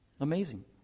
Amazing